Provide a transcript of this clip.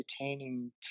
entertaining